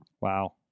Wow